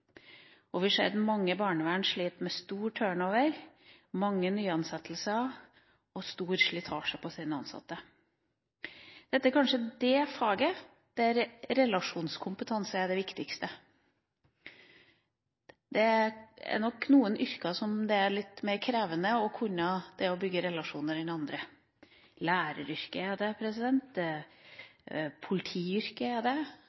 Vi ser at barnevernet flere steder sliter med stor turnover, mange nyansettelser og stor slitasje på sine ansatte. Dette er kanskje det yrket der relasjonskompetanse er det viktigste. Det er nok noen yrker der det er litt mer krevende å kunne bygge relasjoner enn andre, bl.a. læreryrket